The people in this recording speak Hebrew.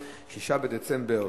6 בדצמבר